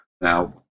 Now